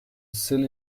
silly